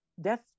death